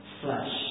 flesh